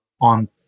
on